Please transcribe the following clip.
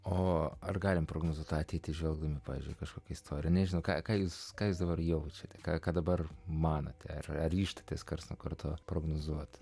o ar galime prognozuoti ateitį žvelgdami pavyzdžiui kažkokie istoriniai žino ką ką jūs ką jūs dabar jaučiate kad dabar manote ar ryžtatės karstą kartu prognozuoti